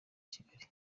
kigali